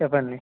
చెప్పండి